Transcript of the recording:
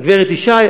הגברת ישי,